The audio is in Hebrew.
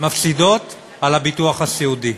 מפסידות על הביטוח הסיעודי,